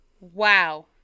wow